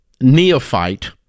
neophyte